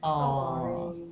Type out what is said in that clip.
orh